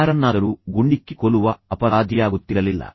ಯಾರನ್ನಾದರೂ ಗುಂಡಿಕ್ಕಿ ಕೊಲ್ಲುವ ಅಪರಾಧಿಯಾಗುತ್ತಿರಲಿಲ್ಲ